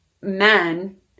men